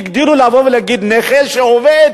הגדילו לבוא ולהגיד: נכה שעובד,